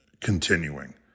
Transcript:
continuing